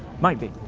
might be.